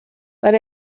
but